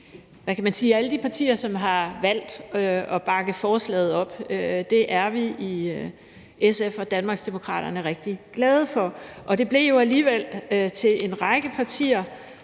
særlig tak til alle de partier, som har valgt at bakke forslaget op. Det er vi i SF og Danmarksdemokraterne rigtig glade for, og det blev jo alligevel til en række partier.